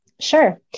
Sure